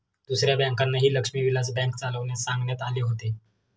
दुसऱ्या बँकांनाही लक्ष्मी विलास बँक चालविण्यास सांगण्यात आले होते